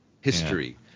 History